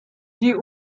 die